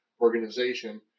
organization